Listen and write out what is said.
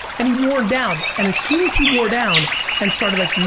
and he wore down. and as soon as he wore down and started like,